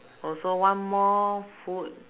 also one more food